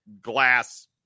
glass